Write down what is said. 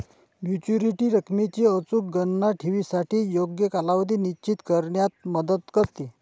maturity रकमेची अचूक गणना ठेवीसाठी योग्य कालावधी निश्चित करण्यात मदत करते